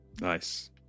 Nice